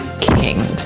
king